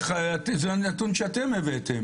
זה הנתון שאתם הבאתם